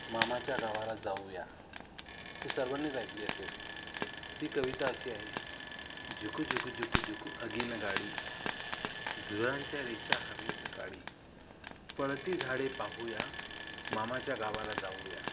मामाच्या गावाला जाऊया ती सर्वांनीच ऐकली असेल ती कविता अशी आहे झुकू झुकू झुकू झुकू अगिनगाडी धुरांच्या रेषा हवेत काढी पळती झाडे पाहूया मामाच्या गावाला जाऊया